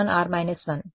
0 గుర్తుంచుకోండి